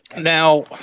Now